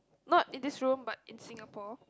not in this room but in Singapore